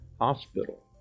hospital